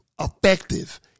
effective